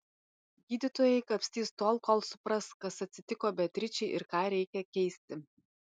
gydytojai kapstys tol kol supras kas atsitiko beatričei ir ką reikia keisti